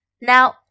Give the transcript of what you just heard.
Now